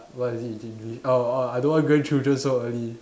what is it in English uh uh I don't want grandchildren so early